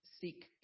seek